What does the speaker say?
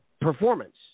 performance